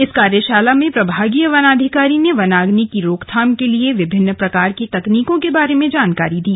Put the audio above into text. इस कार्यशाला में प्रभागीय वनाधिकारी ने वनाग्नि की रोकथाम के लिए विभिन्न प्रकार की तकनीकों के बारे में जानकारी दी